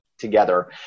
Together